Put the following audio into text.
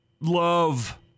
love